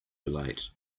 late